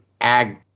ag